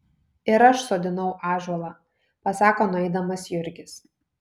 ir aš sodinau ąžuolą pasako nueidamas jurgis